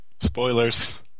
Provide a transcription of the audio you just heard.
Spoilers